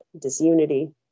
disunity